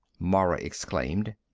mara exclaimed.